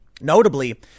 Notably